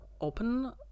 open